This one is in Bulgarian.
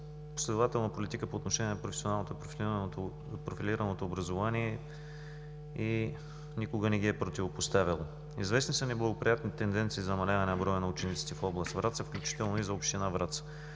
последователна политика по отношение на професионалното и профилираното образование и никога не ги е противопоставяло. Известни са неблагоприятни тенденции за намаляване на броя на учениците в област Враца, включително и за община Враца.